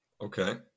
Okay